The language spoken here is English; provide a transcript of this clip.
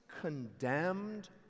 condemned